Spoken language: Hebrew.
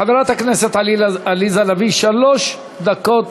חברת הכנסת עליזה לביא, שלוש דקות